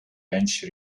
bench